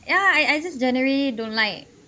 ya I I just genuinely don't like